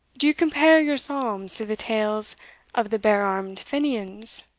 do you compare your psalms, to the tales of the bare-arm'd fenians